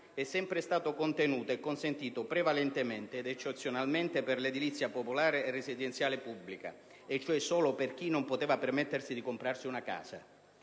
è sempre stato contenuto e consentito prevalentemente ed eccezionalmente per l'edilizia popolare e residenziale pubblica, e cioè solo per chi non poteva permettersi di comprarsi una casa.